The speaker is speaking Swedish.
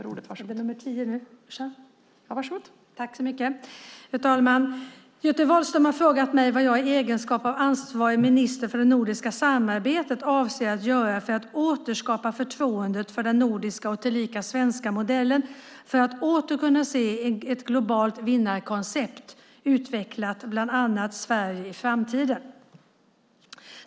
Fru talman! Göte Wahlström har frågat mig vad jag i egenskap av ansvarig minister för det nordiska samarbetet avser att göra för att återskapa förtroendet för den nordiska och tillika svenska modellen för att man åter ska kunna se ett globalt vinnarkoncept utveckla bland annat Sverige i framtiden.